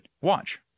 Watch